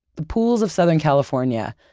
the pools of southern california,